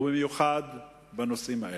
ובמיוחד בנושאים האלה,